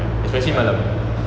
especially malam